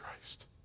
Christ